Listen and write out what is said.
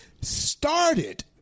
started